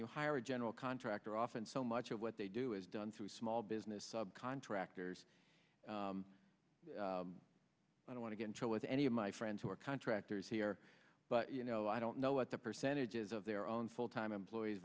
you hire a general contractor often so much of what they do is done through small business subcontractors i don't want to get to with any of my friends who are contractors here but you know i don't know what the percentages of their own full time employees